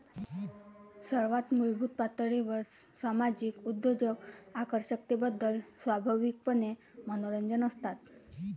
सर्वात मूलभूत पातळीवर सामाजिक उद्योजक आकर्षकतेबद्दल स्वाभाविकपणे मनोरंजक असतात